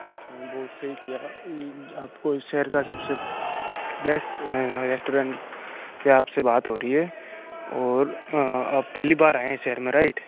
अच्छा बहुत सही किया ई आपको इस शहर का सबसे बेस्ट रेस्टोरेन्ट पर आपसे बात हो रही है और आप पहली बार आए हैं शहर में राइट